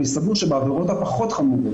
בעבירות החמורות פחות,